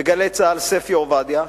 ב"גלי צה"ל" ספי עובדיה,